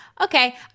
Okay